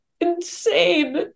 insane